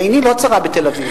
ועיני לא צרה בתל-אביב.